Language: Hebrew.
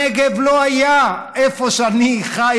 הנגב לא היה איפה שאני חי,